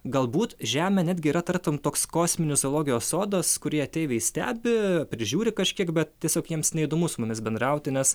galbūt žemė netgi yra tartum toks kosminis zoologijos sodas kurį ateiviai stebi prižiūri kažkiek bet tiesiog jiems neįdomu su mumis bendrauti nes